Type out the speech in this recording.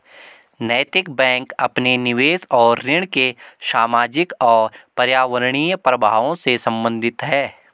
नैतिक बैंक अपने निवेश और ऋण के सामाजिक और पर्यावरणीय प्रभावों से संबंधित है